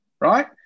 right